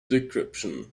decryption